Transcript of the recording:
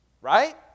Right